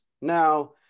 Now